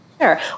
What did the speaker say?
Sure